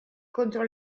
contro